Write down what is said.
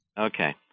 Okay